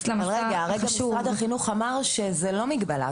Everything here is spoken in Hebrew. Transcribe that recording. משרד החינוך אמר שזאת לא מגבלה.